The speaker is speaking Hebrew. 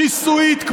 משסעת,